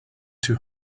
too